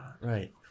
Right